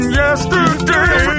yesterday